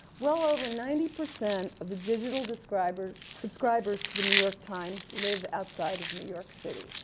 well over ninety percent of the digital subscribers subscribers to the new york times live outside of new york city.